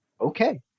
okay